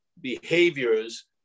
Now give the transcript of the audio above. behaviors